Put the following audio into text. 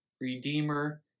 redeemer